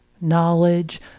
knowledge